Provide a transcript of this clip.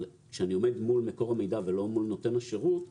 כשאני עומד מול מקור המידע ולא מול נותן השירות,